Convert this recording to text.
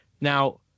now